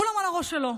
כולם על הראש שלו,